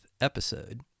episode